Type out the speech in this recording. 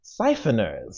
siphoners